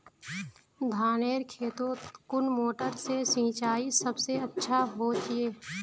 धानेर खेतोत कुन मोटर से सिंचाई सबसे अच्छा होचए?